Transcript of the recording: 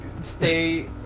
stay